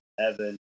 Evan